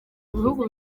bihugu